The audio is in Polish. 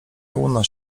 unoś